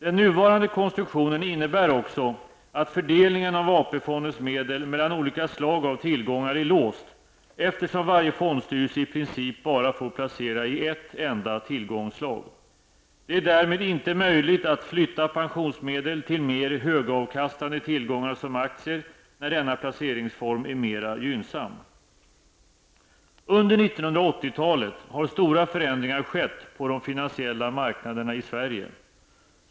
Den nuvarande konstruktionen innebär också att fördelningen av AP-fondens medel mellan olika slag av tillgångar är låst, eftersom varje fondstyrelse i princip bara får placera i ett enda tillgångsslag. Det är därmed inte möjligt att flytta pensionsmedel till mer högavkastande tillgångar som aktier, när denna placeringsform är mer gynnsam. Under 1980-talet har stora förändringar skett på de finansiella marknaderna i Sverige.